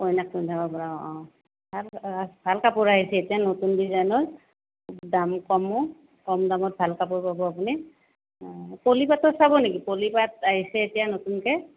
কইনাক পিন্ধাব পৰা অঁ অঁ ভাল ভাল কাপোৰ আহিছে এতিয়া নতুন ডিজাইনৰ দাম কমো কম দামত ভাল কাপোৰ পাব আপুনি প'লি পাটৰ চাব নেকি প'লি পাট আহিছে এতিয়া নতুনকৈ